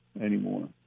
anymore